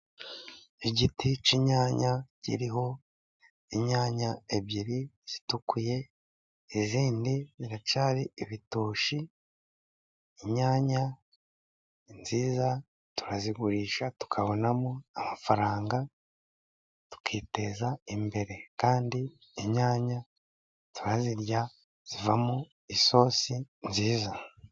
Igiti cy'inyanya kiriho inyanya ebyiri zitukuye izindi ziracyari ibitoshyi. Inyanya ni nziza turazigurisha tukabonamo amafaranga tukiteza imbere kandi inyanya turazirya zivamo isosi nziza.